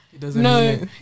no